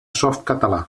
softcatalà